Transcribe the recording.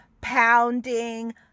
pounding